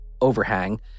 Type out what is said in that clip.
overhang